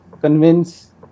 convince